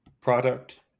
product